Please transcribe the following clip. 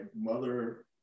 mother